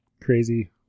crazy